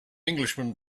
englishman